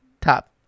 Top